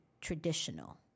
traditional